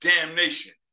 damnation